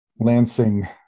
Lansing